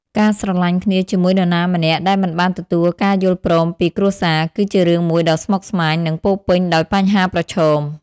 ការស្រឡាញ់គ្នាជាមួយនរណាម្នាក់ដែលមិនបានទទួលការយល់ព្រមពីគ្រួសារគឺជារឿងមួយដ៏ស្មុគស្មាញ និងពោរពេញដោយបញ្ហាប្រឈម។